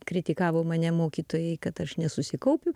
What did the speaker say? kritikavo mane mokytojai kad aš nesusikaupiu